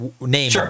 name